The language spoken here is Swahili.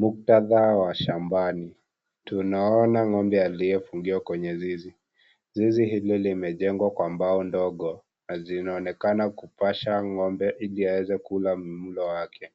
Muktadha wa shambani. Tunaona ng'ombe aliyefungiwa kwenye zizi. Zizi hilo limejengwa kwa mbao ndogo na zinaonekana kupasha ng'ombe ili aweze kula mlo wake.